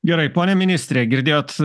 gerai pone ministre girdėjot